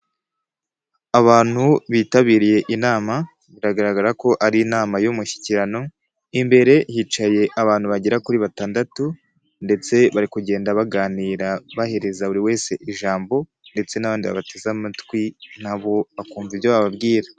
Abantu bitabiriye inama biragaragara ko ari inama y'umushyikirano, imbere hicaye abantu bagera kuri batandatu ndetse bari kugenda baganira bahereza buri wese ijambo ndetse n'abandi babateze amatwi nabo bakumva ibyo bababwira.